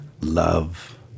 love